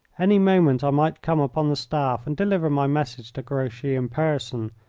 any moment i might come upon the staff and deliver my message to grouchy in person,